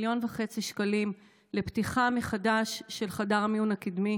1.5 מיליון שקלים לפתיחה מחדש של חדר המיון הקדמי.